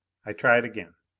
i tried again.